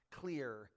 clear